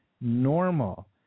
normal